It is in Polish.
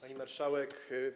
Pani Marszałek!